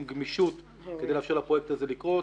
גמישות כדי לאפשר לפרויקט הזה לקרות.